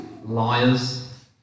liars